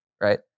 right